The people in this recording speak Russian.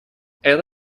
это